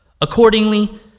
Accordingly